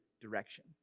direction